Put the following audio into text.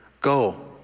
go